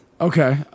Okay